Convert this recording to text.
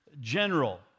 general